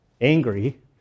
Angry